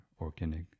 organic